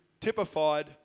typified